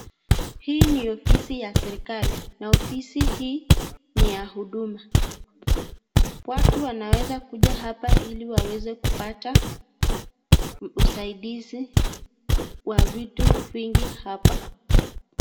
Hii ni ofisi ya serikali na ofisi hii ya huduma. Watu wanaweza kuja hapa ili waweze kupata usidizi wa vitu vingi hapa.